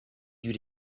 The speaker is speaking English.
you